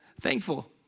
thankful